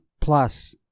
plus